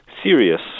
serious